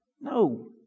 No